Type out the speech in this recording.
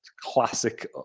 classic